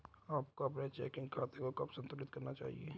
आपको अपने चेकिंग खाते को कब संतुलित करना चाहिए?